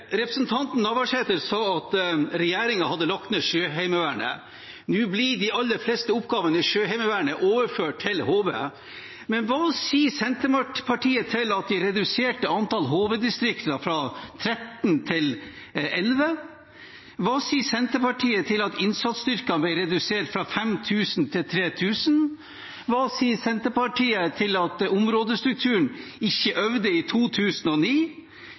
Representanten Navarsete sa at regjeringen hadde lagt ned Sjøheimevernet. Nå blir de aller fleste oppgavene i Sjøheimevernet overført til HV, men hva sier Senterpartiet til at de reduserte antallet HV-distrikter fra 13 til 11? Hva sier Senterpartiet til at innsatsstyrkene ble redusert fra 5 000 til 3 000? Hva sier Senterpartiet til at områdestrukturen ikke øvde i 2009?